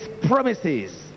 promises